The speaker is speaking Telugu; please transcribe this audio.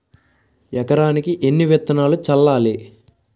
ఎకరానికి ఎన్ని విత్తనాలు చల్లాలి?